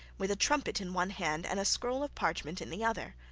with a trumpet in one hand, and a scroll of parchment in the other.